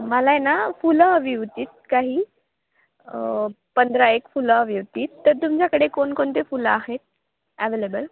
मला आहे ना फुलं हवी होतीत काही पंधरा एक फुलं हवी होतीत तर तुमच्याकडे कोणकोणते फुलं आहेत ॲवेलेबल